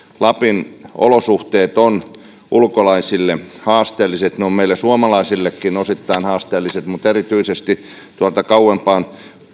lapin olosuhteet ovat ulkolaisille haasteelliset ne ovat meille suomalaisillekin osittain haasteelliset mutta erityisesti tuolta kauempaa